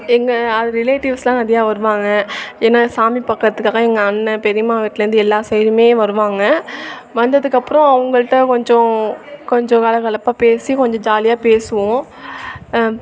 எங்கள் அது ரிலேட்டிவ்ஸ்லாம் நிறைய வருவாங்க ஏன்னா சாமி பார்க்கறதுக்காக எங்கள் அண்ணன் பெரியம்மா வீட்லேந்து எல்லா சைடும் வருவாங்க வந்ததுக்கப்புறோம் அவங்கள்ட்ட கொஞ்சம் கொஞ்சம் கலகலப்பாக பேசி கொஞ்சம் ஜாலியாக பேசுவோம்